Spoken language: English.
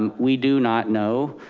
um we do not know,